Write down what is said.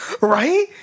right